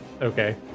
Okay